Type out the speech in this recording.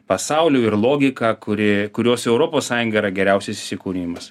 pasauliu ir logika kuri kurios europos sąjunga yra geriausias įsikūnijimas